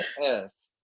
Yes